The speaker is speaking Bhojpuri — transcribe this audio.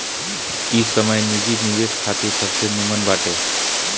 इ समय निजी निवेश खातिर सबसे निमन बाटे